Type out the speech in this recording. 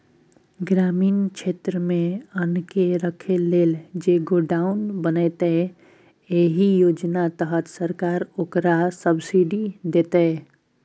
ग्रामीण क्षेत्रमे अन्नकेँ राखय लेल जे गोडाउन बनेतै एहि योजना तहत सरकार ओकरा सब्सिडी दैतै